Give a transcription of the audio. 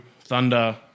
thunder